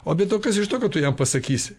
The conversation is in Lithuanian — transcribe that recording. o be to kas iš to kad tu jam pasakysi